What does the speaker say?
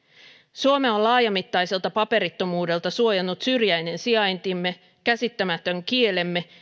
suomea on laajamittaiselta paperittomuudelta suojannut syrjäinen sijaintimme käsittämätön kielemme